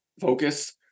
focus